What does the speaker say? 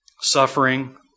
Suffering